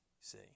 see